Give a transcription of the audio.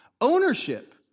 Ownership